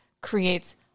creates